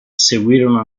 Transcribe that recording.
seguirono